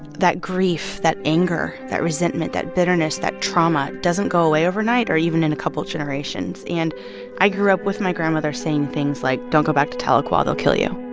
that grief, that anger, that resentment, that bitterness, that trauma doesn't go away overnight or even in a couple of generations. and i grew up with my grandmother saying things like, don't go back to tahlequah they'll kill you